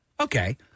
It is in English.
Okay